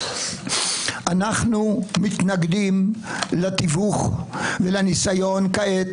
אנחנו מתנגדים לתיווך ולניסיון כעת,